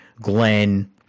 Glenn